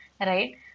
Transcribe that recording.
right